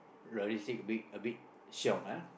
logistic a bit a bit shiong ah